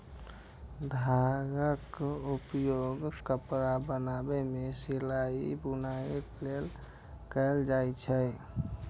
धागाक उपयोग कपड़ा बनाबै मे सिलाइ, बुनाइ लेल कैल जाए छै